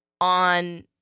on